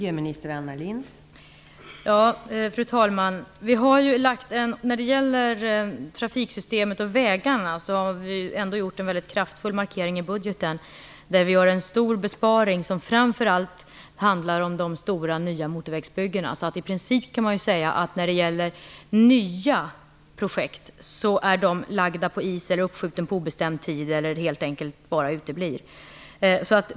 Fru talman! När det gäller trafiksystemet och vägarna har vi gjort en väldigt kraftfull markering i budgeten, där vi har en stor besparing som framför allt handlar om de nya stora motorvägsbyggena. I princip kan man alltså säga att nya projekt är lagda på is, är uppskjutna på obestämd tid eller helt enkelt uteblir.